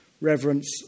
reverence